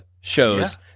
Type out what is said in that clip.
shows